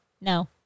no